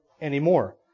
anymore